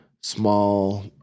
small